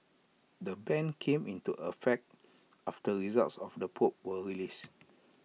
the ban came into effect after results of the probe were released